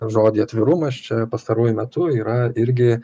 žodį atvirumas čia pastaruoju metu yra irgi